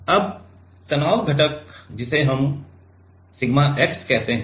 अब तनाव घटक जो हमें सिग्मा x कहते हैं